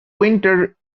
winter